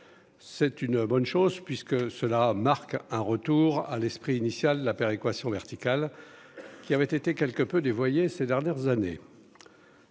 c'est une bonne chose, puisque cela marque un retour à l'esprit initial la péréquation verticale qui avait été quelque peu dévoyé ces dernières années